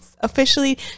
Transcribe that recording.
officially